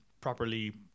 properly